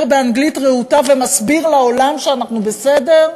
באנגלית רהוטה ומסביר לעולם שאנחנו בסדר,